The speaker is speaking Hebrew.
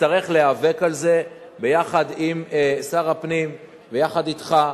נצטרך להיאבק על זה ביחד עם שר הפנים, ביחד אתך,